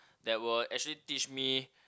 that will actually teach me